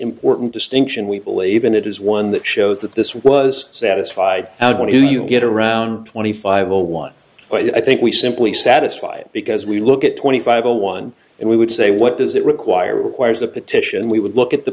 important distinction we believe in it is one that shows that this was satisfied how do you get around twenty five zero one but i think we simply satisfy it because we look at twenty five on one and we would say what does that require requires a petition we would look at the